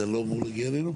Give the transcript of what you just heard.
זה לא אמור להגיע אלינו?